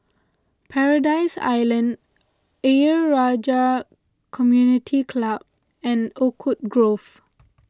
Paradise Island Ayer Rajah Community Club and Oakwood Grove